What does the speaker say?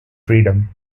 freedom